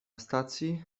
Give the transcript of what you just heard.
stacji